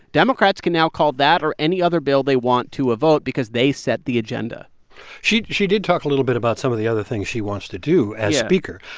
democrats can now call that or any other bill they want to a vote because they set the agenda she she did talk a little bit about some of the other things she wants to do as speaker.